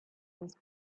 his